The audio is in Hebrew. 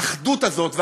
באחדות הזאת.